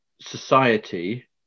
society